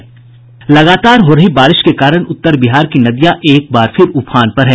लगातार हो रही बारिश के कारण उत्तर बिहार की नदियां एक बार फिर उफान पर है